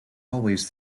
always